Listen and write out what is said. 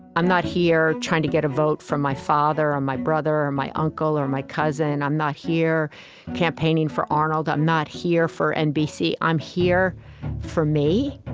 i'm not here trying to get a vote for my father or my brother or my uncle or my cousin. i'm not here campaigning for arnold. i'm not here for nbc. i'm here for me.